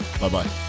Bye-bye